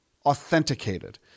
authenticated